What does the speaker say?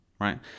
right